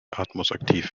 atmungsaktiv